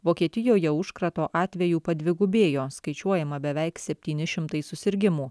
vokietijoje užkrato atvejų padvigubėjo skaičiuojama beveik septyni šimtai susirgimų